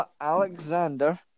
Alexander